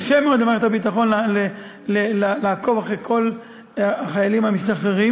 קשה מאוד למערכת הביטחון לעקוב אחרי כל החיילים המשתחררים.